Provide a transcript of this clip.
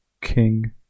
King